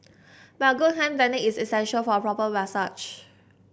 but good hand technique is essential for a proper massage